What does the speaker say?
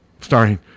Starring